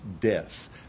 deaths